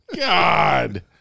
God